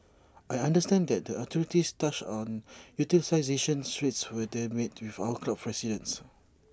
I understand that the authorities touched on utilisation rates when they met with our club's presidents